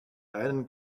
einen